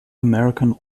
american